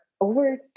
over